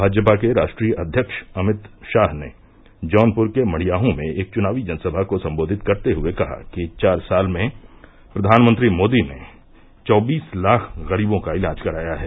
भाजपा के राष्ट्रीय अध्यक्ष अमित शाह ने जौनपुर के मड़ियाहूं में एक चुनावी जनसभा को सम्बोधित करते हुये कहा कि चार साल में प्रधानमंत्री मोदी ने चौबीस लाख गरीबों का इलाज कराया है